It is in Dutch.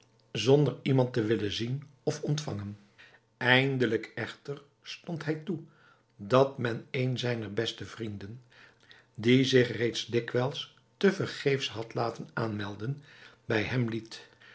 zonder iemand te willen zien of ontvangen eindelijk echter stond hij toe dat men een zijner beste vrienden die zich reeds dikwijls te vergeefs had laten aanmelden bij hem liet